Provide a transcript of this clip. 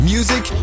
Music